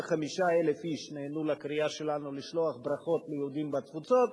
35,000 איש נענו לקריאה שלנו לשלוח ברכות ליהודים בתפוצות,